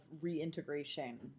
reintegration